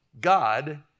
God